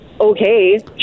okay